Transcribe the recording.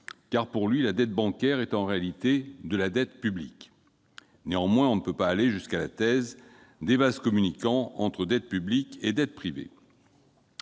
: pour lui, la dette bancaire est en réalité de la dette publique. Néanmoins, on ne peut pas aller jusqu'à soutenir la thèse des vases communicants entre dette publique et dette privée.